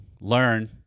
Learn